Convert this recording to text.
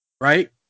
right